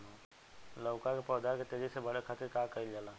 लउका के पौधा के तेजी से बढ़े खातीर का कइल जाला?